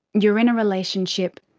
you're in a relationship,